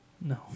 No